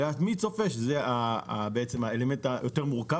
לדעת מי צופה זה האלמנט היותר מורכב